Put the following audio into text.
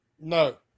No